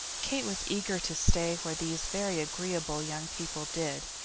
kate was eager to stay where these very agreeable young people did,